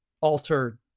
altered